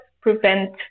prevent